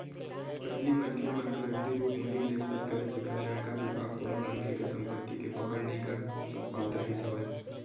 पहिली मनखे मन ह नगदी रुप ही लेन देन करय जेखर ले आयकर बिभाग कोनो मनखे के संपति के पकड़ नइ कर पात रिहिस हवय